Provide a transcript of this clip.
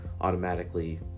automatically